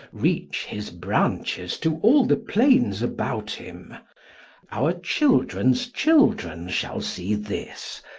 reach his branches, to all the plaines about him our childrens children shall see this,